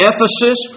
Ephesus